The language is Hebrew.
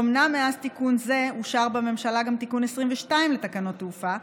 אומנם מאז תיקון זה אושר בממשלה גם תיקון 22 לתקנות תעופה,